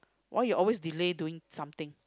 why you always delay doing something